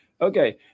Okay